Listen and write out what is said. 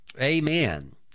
Amen